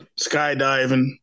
skydiving